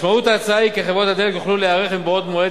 משמעות ההצעה היא שחברות הדלק יוכלו להיערך מבעוד מועד